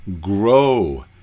grow